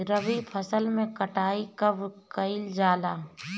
रबी फसल मे कटाई कब कइल जाला?